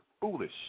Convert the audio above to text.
foolish